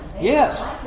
Yes